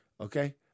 Okay